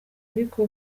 ariko